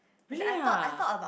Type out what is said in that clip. really ah